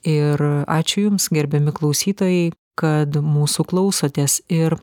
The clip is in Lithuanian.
ir ačiū jums gerbiami klausytojai kad mūsų klausotės ir